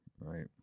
right